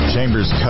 Chambers